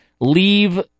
leave